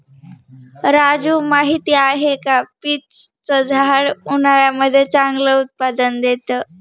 राजू माहिती आहे का? पीच च झाड उन्हाळ्यामध्ये चांगलं उत्पादन देत